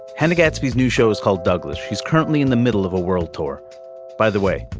henry gatsby's new show is called douglas. he's currently in the middle of a world tour by the way.